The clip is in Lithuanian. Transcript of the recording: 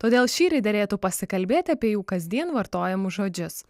todėl šįryt derėtų pasikalbėti apie jų kasdien vartojamus žodžius